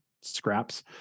Scraps